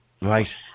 Right